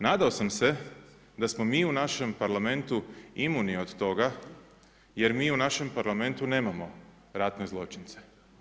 Nadao sam se da smo mi u našem Parlamentu imuni od toga, jer mi u našem Parlamentu nemamo ratne zločince.